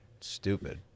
Stupid